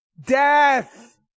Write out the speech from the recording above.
Death